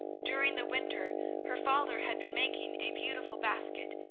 during the winter her father had been making a beautiful basket,